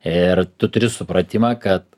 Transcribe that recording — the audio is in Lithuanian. ir tu turi supratimą kad